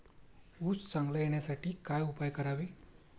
ऊस चांगला येण्यासाठी काय उपाय करावे?